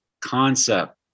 concept